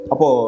Apo